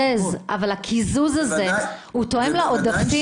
אתה מקזז, אבל הקיזוז הזה תואם לעודפים?